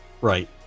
Right